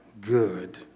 good